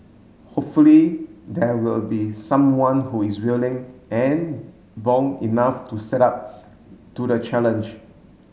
hopefully there will be someone who is willing and bold enough to step up to the challenge